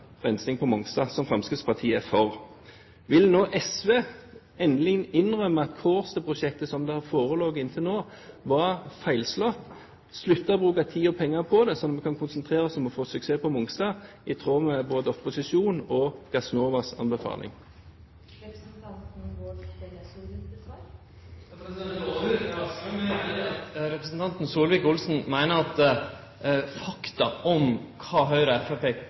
rensing på Mongstad, som Fremskrittspartiet er for. Vil nå SV endelig innrømme at Kårstø-prosjektet, som det har foreligget inntil nå, var feilslått? Vil de slutte å bruke tid og penger på det, slik at vi kan konsentrere oss om å få suksess på Mongstad – i tråd med både opposisjonens og Gassnovas anbefaling? Det overraskar meg veldig at representanten Solvik-Olsen meiner at fakta om kva Høgre og